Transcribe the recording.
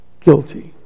guilty